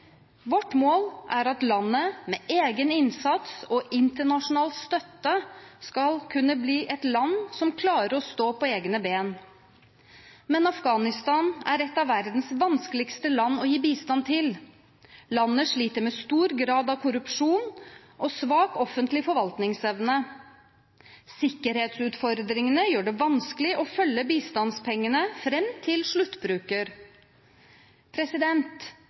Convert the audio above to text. Vårt mål er at landet med egen innsats og internasjonal støtte skal kunne bli et land som klarer å stå på egne ben. Men Afghanistan er et av verdens vanskeligste land å gi bistand til. Landet sliter med stor grad av korrupsjon og svak offentlig forvaltningsevne. Sikkerhetsutfordringene gjør det vanskelig å følge bistandspengene fram til sluttbruker.